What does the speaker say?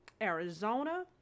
Arizona